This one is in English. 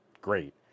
great